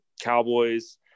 Cowboys